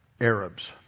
Arabs